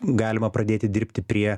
galima pradėti dirbti prie